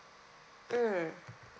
mm